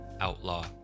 outlaw